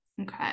Okay